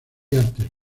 artes